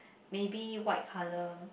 maybe white colour